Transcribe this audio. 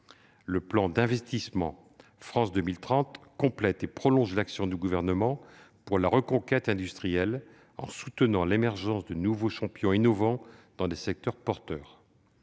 Le plan d'investissement France 2030 complète et prolonge l'action du Gouvernement pour la reconquête industrielle en soutenant l'émergence de nouveaux champions innovants dans des secteurs porteurs.